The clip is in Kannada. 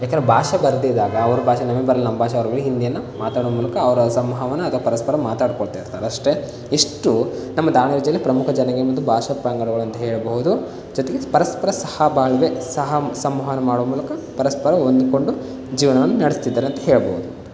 ಯಾಕೆಂದ್ರೆ ಭಾಷೆ ಬರದಿದ್ದಾಗ ಅವರ ಭಾಷೆ ನಮಗೆ ಬರಲ್ಲ ನಮ್ಮ ಭಾಷೆ ಅವರಿಗೆ ಹಿಂದಿಯನ್ನು ಮಾತಾಡೋ ಮೂಲಕ ಅವರ ಸಂವಹನ ಅದ ಪರಸ್ಪರ ಮಾತಾಡ್ಕೊಳ್ತಿರ್ತಾರೆ ಅಷ್ಟೇ ಇಷ್ಟು ನಮ್ಮ ದಾವಣಗೆರೆ ಜಿಲ್ಲೆಯ ಪ್ರಮುಖ ಜಾತಿಗಳು ಮತ್ತು ಭಾಷಾ ಪಂಗಡಗಳಂತ ಹೇಳ್ಬೋದು ಜೊತೆಗೆ ಪರಸ್ಪರ ಸಹಬಾಳ್ವೆ ಸಹ ಸಂವಾದ ಮಾಡೋ ಮೂಲಕ ಪರಸ್ಪರ ಹೊಂದಿಕೊಂಡು ಜೀವನವನ್ನು ನಡಸ್ತಿದ್ದಾರೆ ಅಂತ ಹೇಳ್ಬೋದು